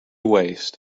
waste